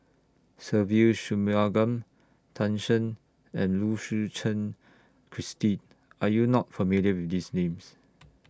Se Ve Shanmugam Tan Shen and Lu Suchen Christine Are YOU not familiar with These Names